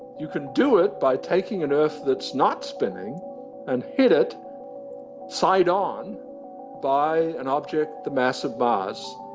you can do it by taking an earth that's not spinning and hit it side-on by an object the mass of mars,